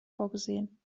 vorgesehen